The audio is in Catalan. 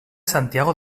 santiago